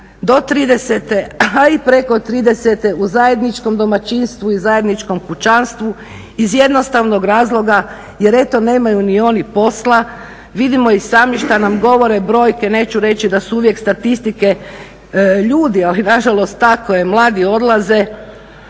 a i preko tridesete u zajedničkom domaćinstvu i zajedničkom kućanstvu iz jednostavnog razloga jer eto nemaju ni oni posla. Vidimo i sami što nam govore brojke, neću reći da su uvijek statistike ljudi ali na žalost tako je. Mladi odlaze,